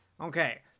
Okay